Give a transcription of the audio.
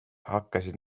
hakkasid